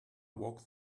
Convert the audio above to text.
woke